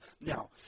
Now